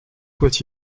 soient